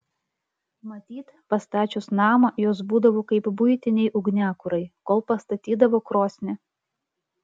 matyt pastačius namą jos būdavo kaip buitiniai ugniakurai kol pastatydavo krosnį